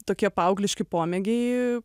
tokie paaugliški pomėgiai